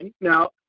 Now